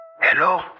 hello